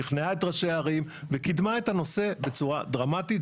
שכנעה את ראשי הערים וקידמה את הנושא בצורה דרמטית.